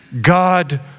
God